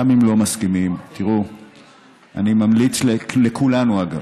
גם אם לא מסכימים, אני ממליץ לכולנו, אגב,